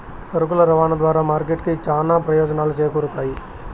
సరుకుల రవాణా ద్వారా మార్కెట్ కి చానా ప్రయోజనాలు చేకూరుతాయి